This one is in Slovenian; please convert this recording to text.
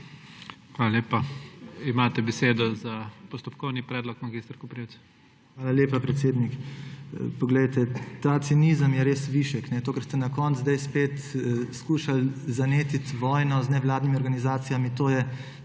Hvala lepa. Imate besedo za postopkovni predlog mag. Koprivc. **MAG. MARKO KOPRIVC (PS SD):** Hvala lepa, predsednik. Poglejte, ta cinizem je res višek. To, kar ste na koncu zdaj spet skušali zanetiti vojno z nevladnimi organizacijami, to je